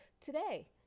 Today